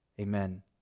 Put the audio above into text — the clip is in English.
Amen